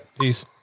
Peace